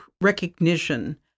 recognition